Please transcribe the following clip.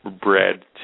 bred